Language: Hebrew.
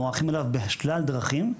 מוערכים עליו בשלל דרכים,